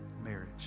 marriage